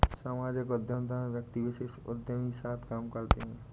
सामाजिक उद्यमिता में व्यक्ति विशेष उदयमी साथ काम करते हैं